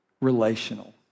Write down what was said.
relational